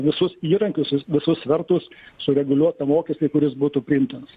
visus įrankius vis visus svertus sureguliuot tą mokestį kuris būtų priimtinas